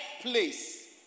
place